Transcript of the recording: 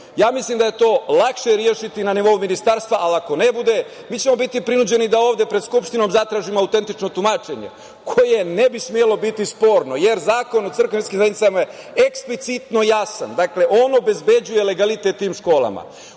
Ja mislim da je to lakše rešiti na nivou ministarstva, ali, ako ne bude, mi ćemo biti prinuđeni da ovde pred Skupštinom zatražimo autentično tumačenje, koje ne bi smelo biti sporno, jer Zakon o crkvama i verskim zajednicama je eksplicitno jasan. Dakle, on obezbeđuje legalitet tim školama. Ono